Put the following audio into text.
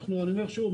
אני אומר שוב,